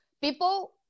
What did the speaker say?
people